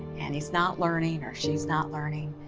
and he's not learning or she's not learning,